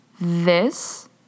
This